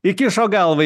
įkišo galvą